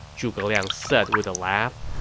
zhuge liang said with a laugh.